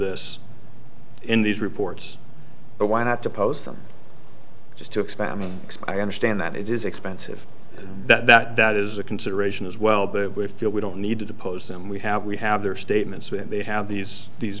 this in these reports but why not to post them just to experiment i understand that it is expensive that that is a consideration as well that we feel we don't need to depose them we have we have their statements when they have these these